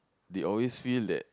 they always feel that